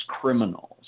criminals